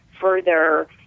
further